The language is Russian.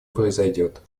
произойдет